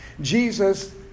Jesus